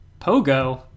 Pogo